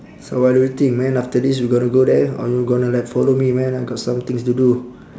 so what do you think man after this we gonna go there or you gonna like follow me man I got some things to do